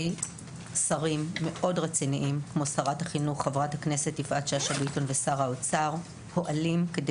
שרת החינוך יפעת שאשא ביטון ושר האוצר פועלים כדי